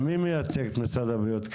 מי מייצג כאן את משרד הבריאות?